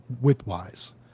width-wise